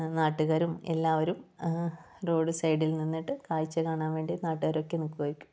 നാട്ടുകാരും എല്ലാവരും റോഡ് സൈഡിൽ നിന്നിട്ട് കാഴ്ച കാണാൻ വേണ്ടി നാട്ടുകാരൊക്കെ നിക്കുവായിരിക്കും